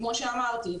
כמו שאמרתי.